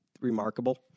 remarkable